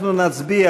אנחנו נצביע